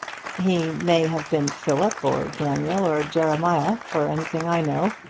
he may have been philip, or daniel, or jeremiah, for anything i know.